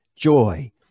joy